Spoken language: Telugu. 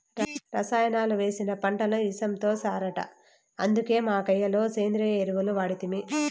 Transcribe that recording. రసాయనాలు వేసిన పంటలు ఇసంతో సరట అందుకే మా కయ్య లో సేంద్రియ ఎరువులు వాడితిమి